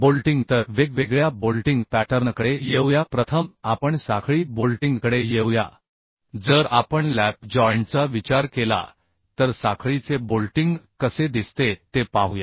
bolting तर वेगवेगळ्या bolting पॅटर्नकडे येऊया प्रथम आपण साखळी बोल्टिंगकडे येऊया जर आपण लॅप जॉइंटचा विचार केला तर साखळीचे बोल्टिंग कसे दिसते ते पाहूया